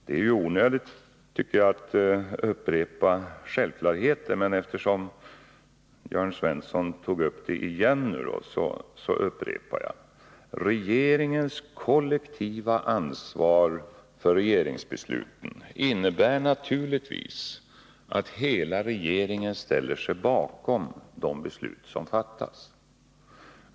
Det är onödigt, tycker jag, att upprepa självklarheter, men eftersom Jörn Svensson tog upp saken igen upprepar jag: Regeringens kollektiva ansvar för regeringsbesluten innebär naturligtvis att hela regeringen ställer sig bakom de beslut som fattas.